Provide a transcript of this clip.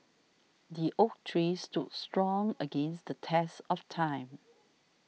the oak tree stood strong against the test of time